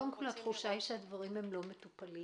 קודם כל התחושה היא גם שהדברים לא מטופלים.